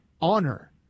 honor